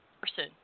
person